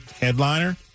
headliner